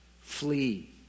Flee